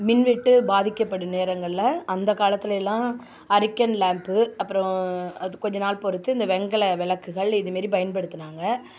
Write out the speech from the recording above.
மின்வெட்டு பாதிக்கப்படும் நேரங்களில் அந்த காலத்துலெல்லாம் அரிக்கன் லாம்பு அப்புறோம் அது கொஞ்ச நாள் பொறுத்து இந்த வெண்கல விளக்குகள் இதுமாரி பயன்படுத்துனாங்க